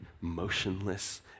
motionless